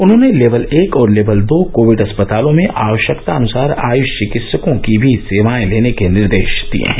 उन्हॉने लेवल एक और लेवल दो कोविड अस्पतालों में आवश्यकतानुसार आयुष चिकित्सकों की भी सेवाएं लेने के निर्देश दिए हैं